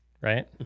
right